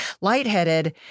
lightheaded